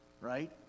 Right